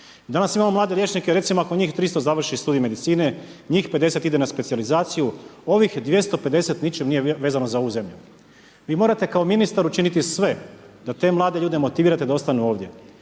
Danas imamo mlade liječnike, recimo ako njih 300 završi Studij medicine, njih 50 ide na specijalizaciju. Ovih 250 ničim nije vezano za ovu zemlju. Vi morate kao ministar učiniti sve da te mlade ljude motivirate da ostanu ovdje.